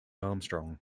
armstrong